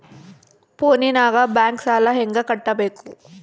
ಫೋನಿನಾಗ ಬ್ಯಾಂಕ್ ಸಾಲ ಹೆಂಗ ಕಟ್ಟಬೇಕು?